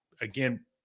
again